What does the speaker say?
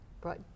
brought